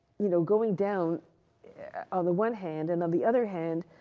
you know, going down on the one hand. and on the other hand,